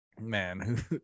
Man